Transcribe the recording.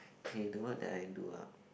okay the work that I do ah